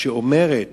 שאומרת